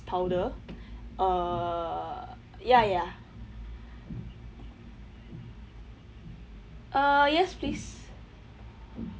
powder uh ya ya uh yes please